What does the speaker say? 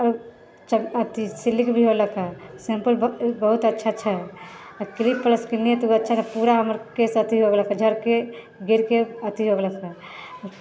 थी सिलिक भी होलक हँ शैम्पू बहुत अच्छा छै क्लिनिक पल्स किनलिए तऽ ओ अच्छा नहि पूरा हमर केश अथी हो गेलक झड़िके गिरके अथी हो गेलक हँ